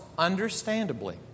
Understandably